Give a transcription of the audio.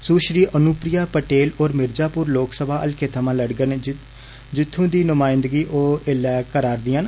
सुश्री अनुप्रिया पटेल होर मिर्जापुर लोकसभा हल्के थमां लड़गन जित्थू दी नुमाइंदगी ओ एल्लै बी करै रदियां न